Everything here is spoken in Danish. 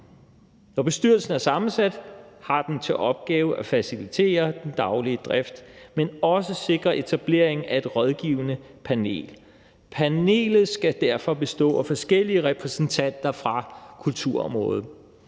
Når bestyrelsen er sammensat, har den til opgave at facilitere den daglige drift, men også at sikre etableringen af et rådgivende panel. Panelet skal derfor bestå af forskellige repræsentanter fra kulturområdet.